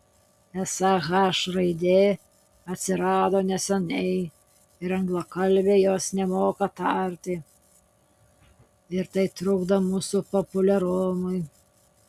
esą h raidė atsirado neseniai ir anglakalbiai jos nemoka tarti ir tai trukdo mūsų populiarumui